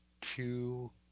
Two